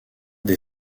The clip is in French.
des